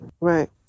Right